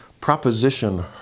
proposition